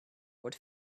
what